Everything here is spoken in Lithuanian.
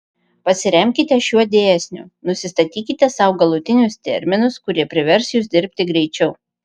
pasiremkite šiuo dėsniu nusistatykite sau galutinius terminus kurie privers jus dirbti greičiau